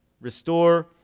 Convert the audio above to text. Restore